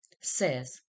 says